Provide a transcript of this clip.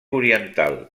oriental